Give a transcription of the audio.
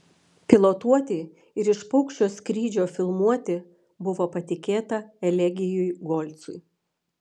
pilotuoti ir iš paukščio skrydžio filmuoti buvo patikėta elegijui golcui